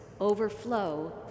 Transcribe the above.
overflow